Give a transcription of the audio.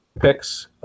picks